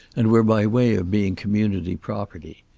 and were by way of being community property.